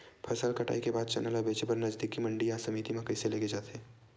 फसल कटाई के बाद चना ला बेचे बर नजदीकी मंडी या समिति मा कइसे ले जाथे?